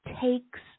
takes